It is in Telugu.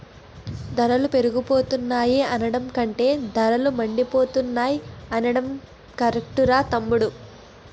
ధరలు పెరిగిపోతున్నాయి అనడం కంటే ధరలు మండిపోతున్నాయ్ అనడం కరెక్టురా తమ్ముడూ